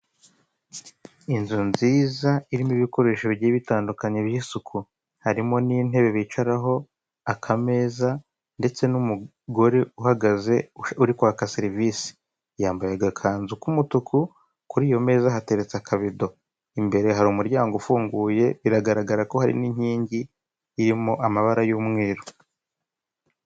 Inzu nziza irimo ibikoresho bigiye bitandukanye by'isuku, harimo n'intebe bicaraho, akameza, ndetse n'umugore uhagaze uri kwaka serivise yambaye agakanzu k'umutuku ,kuri iyo meza hateretse akavido, imbere hari umuryango ufunguye biragaragara ko harin'inyingi irimo amabara y'umweru.